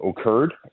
occurred